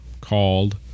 called